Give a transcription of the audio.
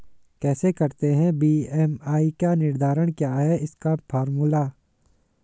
कैसे करते हैं बी.एम.आई का निर्धारण क्या है इसका फॉर्मूला?